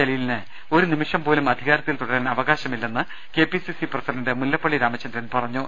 ജലീലിന് ഒരു നിമിഷം പോലും അധികാരത്തിൽ തുടരാൻ അവകാശമില്ലെന്ന് കെപിസിസി പ്രസിഡന്റ് മുല്ലപ്പള്ളി രാമചന്ദ്രൻ പറഞ്ഞു